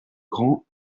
grand